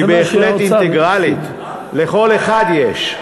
היא בהחלט אינטגרלית, לכל אחד יש.